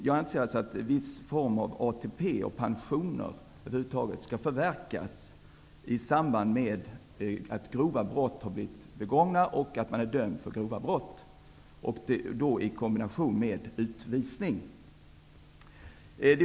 Jag anser att pensionsförmåner i vissa fall skall förverkas då någon har dömts för grova brott och i samband därmed till utvisning.